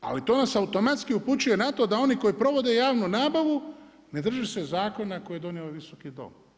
Ali to nas automatski upućuje na to da oni koji provode javnu nabavu ne drže se zakona koje je donio ovaj Visoki dom.